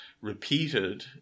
repeated